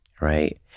right